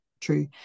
true